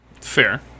Fair